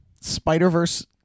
Spider-Verse